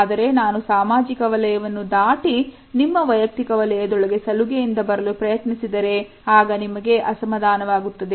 ಆದರೆ ನಾನು ಸಾಮಾಜಿಕ ವಲಯವನ್ನು ದಾಟಿ ನಿಮ್ಮ ವೈಯಕ್ತಿಕ ವಲಯದೊಳಗೆ ಸಲುಗೆಯಿಂದ ಬರಲು ಪ್ರಯತ್ನಿಸಿದರೆ ಆಗ ನಿಮಗೆ ಅಸಮಾಧಾನ ವಾಗುತ್ತದೆ